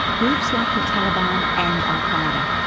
groups like the taliban and al-qa'eda.